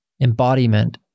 embodiment